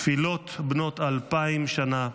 תפילות בנות אלפיים שנה התגשמו.